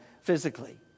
physically